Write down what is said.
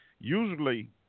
usually